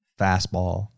fastball